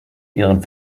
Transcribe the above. ihren